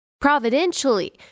providentially